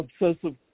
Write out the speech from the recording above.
Obsessive